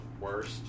worst